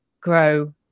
grow